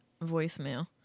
voicemail